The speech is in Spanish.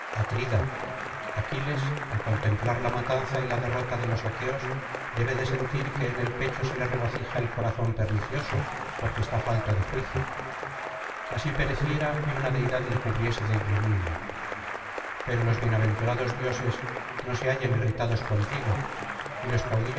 atrida aquiles al contemplar la matanza y la derrota de los aqueos debe de sentir que en el pecho se le regocija el corazón pernicioso porque está falto de juicio así pereciera y una deidad le cubriese de ignominia pero los bienaventurados dioses no se hallan irritados contigo y los